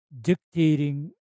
dictating